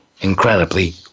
incredibly